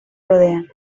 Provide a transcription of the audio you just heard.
rodean